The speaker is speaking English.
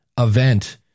event